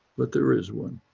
but there is one,